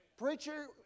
Preacher